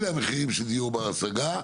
אלה המחירים של דיור בר השגה,